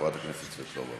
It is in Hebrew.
חברת הכנסת סבטלובה,